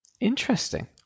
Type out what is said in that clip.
interesting